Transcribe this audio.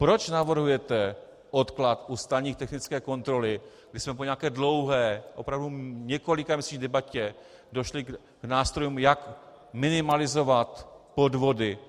Proč navrhujete odklad u stanic technické kontroly, kdy jsme po nějaké dlouhé, opravdu několikaměsíční debatě došli k nástrojům, jak minimalizovat podvody?